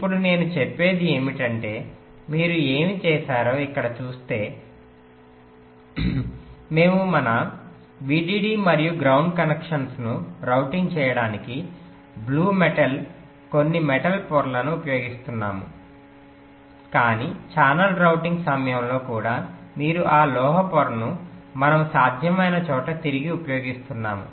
ఇప్పుడు నేను చెప్పేది ఏమిటంటే మీరు ఏమి చేశారో ఇక్కడ చూస్తే మేము మన VDD మరియు గ్రౌండ్ కనెక్షన్ను రౌటింగ్ చేయడానికి బ్లూ మెటల్ కొన్ని మెటల్ పొరను ఉపయోగిస్తున్నాము కాని ఛానల్ రౌటింగ్ సమయంలో కూడా మీరు ఆ లోహ పొరను మనము సాధ్యమైన చోట తిరిగి ఉపయోగిస్తున్నాము